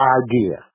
idea